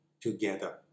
together